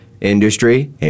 industry